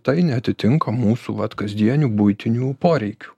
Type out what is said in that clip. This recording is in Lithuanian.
tai neatitinka mūsų vat kasdienių buitinių poreikių